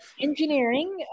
Engineering